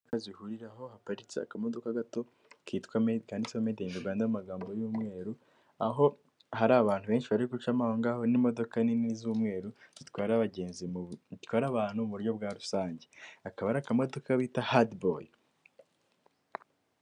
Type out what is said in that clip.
Imodoka zihuriraho haparitse akamodoka gato kitwa kanditseho medi ini rwanda, mu magambo y'umweru aho hari abantu benshi bari gucamo ahongaho n'imodoka nini z'umweru zitwara abantu mu buryo bwa rusange akaba ari akamodoka bita hadiboyi.